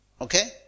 Okay